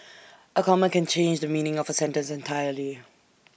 A comma can change the meaning of A sentence entirely